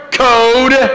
code